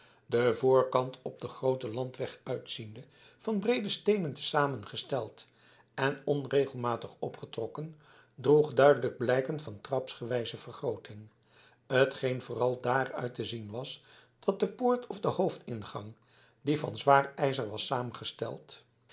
de voorkant op den grooten landweg uitziende van breede steenen te zamen gesteld en onregelmatig opgetrokken droeg duidelijke blijken van trapsgewijze vergrooting t geen vooral daaruit te zien was dat de poort of hoofdingang die van zwaar ijzer was saamgesteld